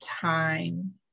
time